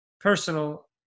personal